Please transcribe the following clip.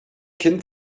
kind